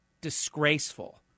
disgraceful